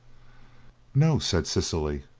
no, said cecily,